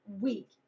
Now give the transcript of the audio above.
week